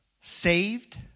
saved